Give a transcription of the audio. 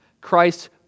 Christ